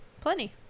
Plenty